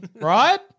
Right